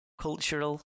cultural